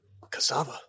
cassava